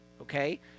okay